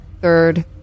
third